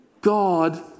God